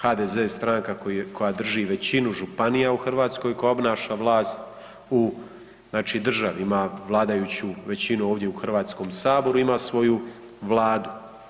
HDZ je stranka koja drži većinu županija u Hrvatskoj koja obnaša vlast u znači državi, ima vladajuću većinu ovdje u Hrvatskom saboru, ima svoju vladu.